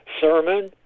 Sermon